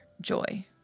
joy